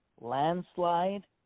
landslide